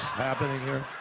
happening here?